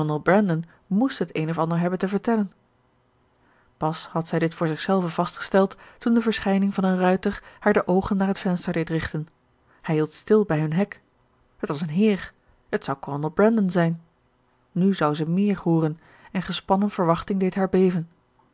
moest het een of ander hebben te vertellen pas had zij dit voor zichzelve vastgesteld toen de verschijning van een ruiter haar de oogen naar het venster deed richten hij hield stil bij hun hek het was een heer het zou kolonel brandon zijn nu zou ze meer hooren en gespannen verwachting deed haar beven